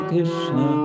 Krishna